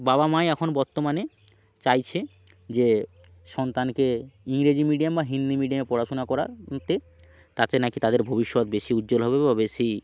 বাবা মা ই এখন বর্তমানে চাইছে যে সন্তানকে ইংরেজি মিডিয়াম বা হিন্দি মিডিয়ামে পড়াশোনা করাতে তাতে নাকি তাদের ভবিষ্যৎ বেশি উজ্জ্বল হবে বা বেশি